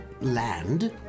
land